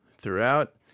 throughout